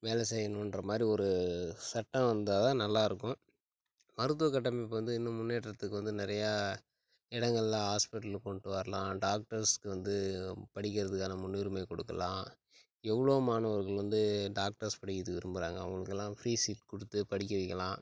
வேலை செய்ணும்ன்ற மாதிரி ஒரு சட்டம் இருந்தால் தான் நல்லா இருக்கும் மருத்துவ கட்டமைப்பு வந்து இன்னும் முன்னேற்றத்துக்கு வந்து நிறையா இடங்கள்ல ஹாஸ்பிட்டலு கொண்டுட்டு வரலாம் டாக்டர்ஸுக்கு வந்து படிக்கிறதுக்கான முன்னுரிமை கொடுக்கலாம் எவ்வளோ மாணவர்கள் வந்து டாக்டர்ஸ் படிக்கிறதுக்கு விரும்புகிறாங்க அவங்களுக்கெல்லாம் ஃபீஸு கொடுத்து படிக்க வைக்கலாம்